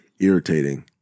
irritating